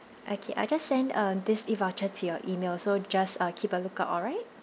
okay I just sent uh this voucher to your email so just keep a lookout alright